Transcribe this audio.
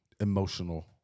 Emotional